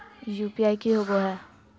UPI की होबो है?